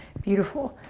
beautiful.